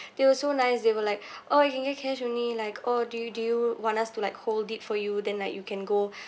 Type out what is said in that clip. they were also nice they were like oh you can get cash only like oh do you do you want us to like hold it for you then like you can go